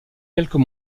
quelques